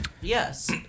Yes